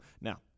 Now